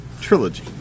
Trilogy